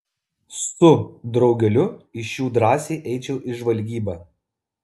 su daugeliu iš jų drąsiai eičiau į žvalgybą